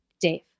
Dave